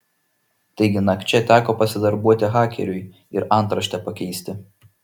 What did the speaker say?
taigi nakčia teko pasidarbuoti hakeriui ir antraštę pakeisti